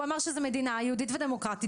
הוא אמר שזה מדינה יהודית ודמוקרטית.